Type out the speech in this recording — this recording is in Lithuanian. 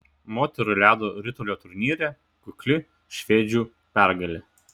moterų ledo ritulio turnyre kukli švedžių pergalė